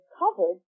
covered